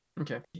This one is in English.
Okay